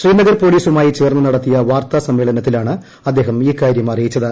ശ്രീനഗർ പോലീസുമായി ചേർന്ന് നടത്തിയ വാർത്താ സമ്മേളനത്തിലാണ് അദ്ദേഹം ഇക്കാര്യം അറിയിച്ചത്